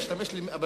הוא השתמש במלה